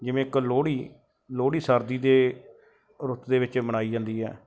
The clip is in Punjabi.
ਜਿਵੇਂ ਇੱਕ ਲੋਹੜੀ ਲੋਹੜੀ ਸਰਦੀ ਦੇ ਰੁੱਤ ਦੇ ਵਿੱਚ ਮਨਾਈ ਜਾਂਦੀ ਹੈ